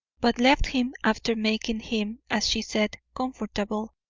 but left him after making him, as she said, comfortable,